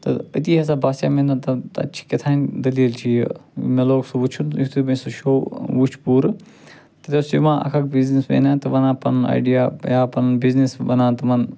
تہٕ أتی ہسا باسیٛو مےٚ نَہ تہٕ تَتہِ چھِ کیٚتھانۍ دٔلیٖل چھِ یہِ مےٚ لوگ سُہ وُچھُن یُتھٕے مےٚ سُہ شوٚو ٲں وُچھ پوٗرٕ تَتہِ اوس یِوان اَکھ اَکھ بِزنیٚسمینہ تہٕ وَنان پَنُن آیڈیہ یا پَنُن بِزنیٚس وَنان تِمَن